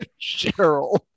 Cheryl